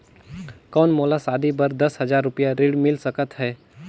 कौन मोला शादी बर दस हजार रुपिया ऋण मिल सकत है?